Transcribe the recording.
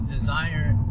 desire